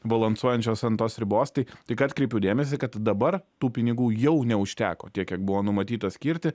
balansuojančios ant tos ribos tai tik atkreipiu dėmesį kad dabar tų pinigų jau neužteko tiek kiek buvo numatyta skirti